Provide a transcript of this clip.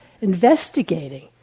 investigating